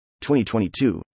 2022